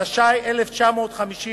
התש"י 1950,